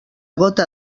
gota